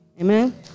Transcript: amen